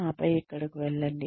ఆపై ఇక్కడకు వెళ్ళండి